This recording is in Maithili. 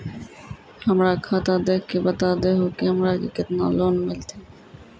हमरा खाता देख के बता देहु के हमरा के केतना लोन मिलथिन?